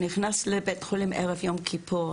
36. הוא נכנס לבית החולים ערב יום כיפור.